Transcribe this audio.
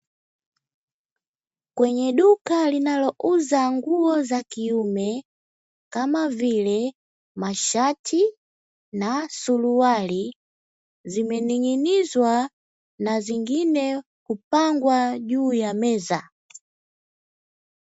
Kwenye duka linalouza nguo za kiume kama vile masharti na suruali zimening'inizwa na zingine hupangwa juu ya meza.